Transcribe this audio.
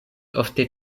ofte